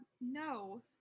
no